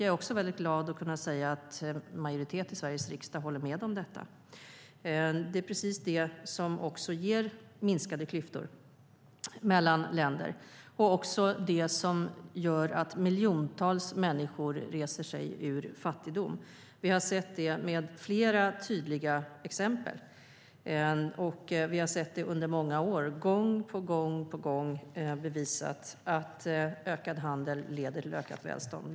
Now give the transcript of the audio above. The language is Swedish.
Jag är också glad över att kunna säga att en majoritet av Sveriges riksdag håller med om detta. Det ger minskade klyftor mellan länder och gör också att miljontals människor reser sig ur fattigdom. Vi har sett det med flera tydliga exempel, och vi har sett det under många år. Gång på gång har det bevisats att ökad handel leder till ökat välstånd.